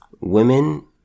Women